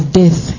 death